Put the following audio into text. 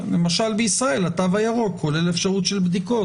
למשל בישראל התו הירוק כולל אפשרות של בדיקות,